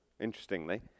interestingly